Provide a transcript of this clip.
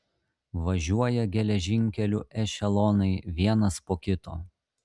važiuoja geležinkeliu ešelonai vienas po kito